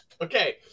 Okay